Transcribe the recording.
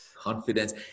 Confidence